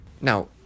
Now